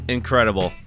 Incredible